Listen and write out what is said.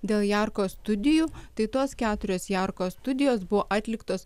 dėl jarkos studijų tai tos keturios jerko studijos buvo atliktos